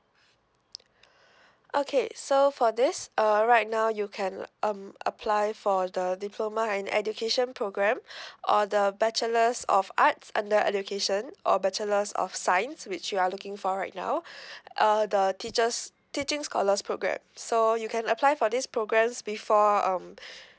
okay so for this uh right now you can um apply for the diploma in education program or the bachelors of arts under education or bachelors of science which you are looking for right now uh the teachers teaching scholars program so you can apply for these programs before um